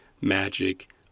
magic